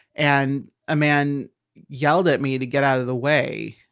and a man yelled at me to get out of the way.